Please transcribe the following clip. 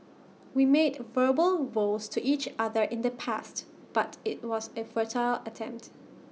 we made verbal vows to each other in the past but IT was A futile attempt